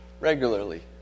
regularly